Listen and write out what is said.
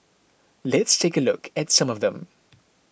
let's take a look at some of them